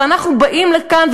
ואנחנו באים לכאן,